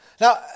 Now